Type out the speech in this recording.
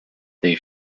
they